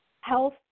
health